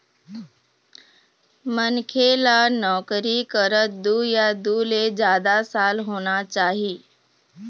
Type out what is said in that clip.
मनखे ल नउकरी करत दू या दू ले जादा साल होना चाही